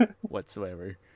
whatsoever